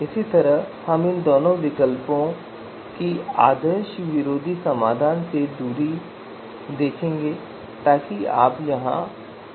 इसी तरह हमें इन दोनों विकल्पों की आदर्श विरोधी समाधान से दूरी देखनी है ताकि आप यहां से देख सकें